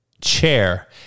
chair